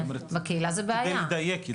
בקהילה זה בעיה.